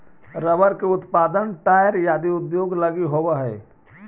rubber के उत्पादन tyre आदि उद्योग लगी होवऽ हइ